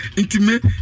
intimate